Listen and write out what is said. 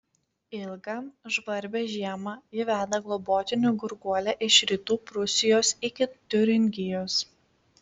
ilgą žvarbią žiemą ji veda globotinių gurguolę iš rytų prūsijos iki tiuringijos